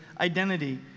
identity